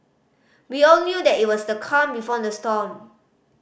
we all knew that it was the calm before the storm